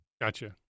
Gotcha